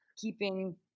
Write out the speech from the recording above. keeping